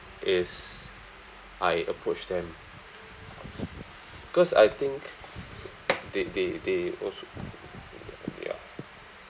it's I approach them cause I think they they they also ya